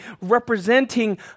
representing